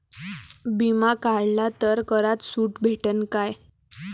बिमा काढला तर करात सूट भेटन काय?